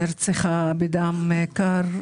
שנרצחה בדם קר.